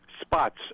spots